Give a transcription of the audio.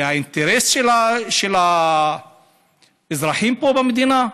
היא האינטרס של האזרחים פה במדינה,